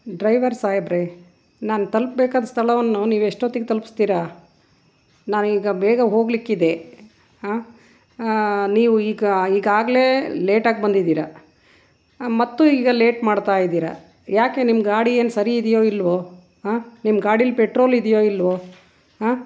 driver ಸಾಹೇಬರೆ ನಾನು ತಲ್ಪ್ಬೇಕಾದ ಸ್ಥಳವನ್ನು ನೀವು ಎಷ್ಟೊತ್ತಿಗೆ ತಲ್ಪಿಸ್ತೀರಾ ನಾವು ಈಗ ಬೇಗ ಹೋಗಲಿಕ್ಕಿದೆ ಆಂ ನೀವು ಈಗ ಈಗಾಗಲೇ ಲೇಟಾಗಿ ಬಂದಿದ್ದೀರ ಮತ್ತು ಈಗ ಲೇಟ್ ಮಾಡ್ತಾ ಇದ್ದೀರ ಯಾಕೆ ನಿಮ್ಮ ಗಾಡಿ ಏನು ಸರಿ ಇದೆಯೋ ಇಲ್ಲವೋ ಆಂ ನಿಮ್ಮ ಗಾಡೀಲಿ ಪೆಟ್ರೋಲ್ ಇದೆಯೋ ಇಲ್ಲವೋ ಆಂ